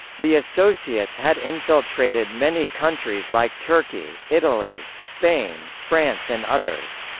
the associates had infiltrated many countries like turkey, italy, spain, france and others.